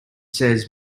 says